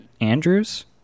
andrews